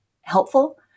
helpful